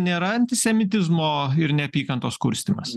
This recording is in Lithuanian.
nėra antisemitizmo ir neapykantos kurstymas